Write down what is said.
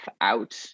out